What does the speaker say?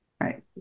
Right